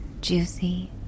juicy